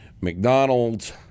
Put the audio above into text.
McDonald's